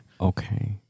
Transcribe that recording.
Okay